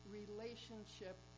relationship